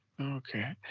Okay